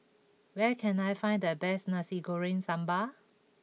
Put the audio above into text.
where can I find the best Nasi Goreng Sambal